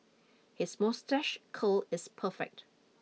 his moustache curl is perfect